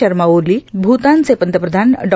शर्मा ओली भूतानचे पंतप्रधान डॉ